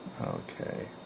okay